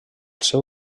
seu